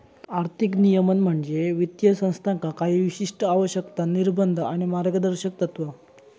आर्थिक नियमन म्हणजे वित्तीय संस्थांका काही विशिष्ट आवश्यकता, निर्बंध आणि मार्गदर्शक तत्त्वा